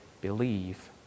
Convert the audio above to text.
believe